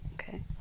Okay